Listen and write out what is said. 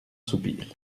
soupir